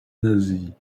nazie